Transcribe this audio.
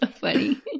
funny